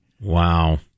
Wow